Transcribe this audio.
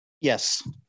Yes